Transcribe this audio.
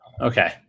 Okay